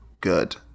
good